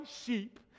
sheep